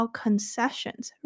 concessions